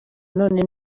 none